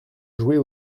jouer